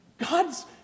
God's